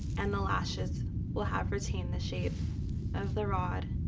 and the lashes will have retained the shape of the rod.